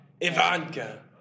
Ivanka